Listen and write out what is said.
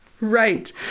Right